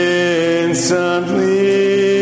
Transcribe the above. instantly